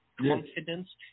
confidence